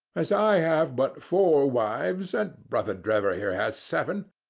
as i have but four wives and brother drebber here has seven,